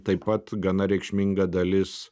taip pat gana reikšminga dalis